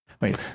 Wait